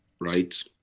right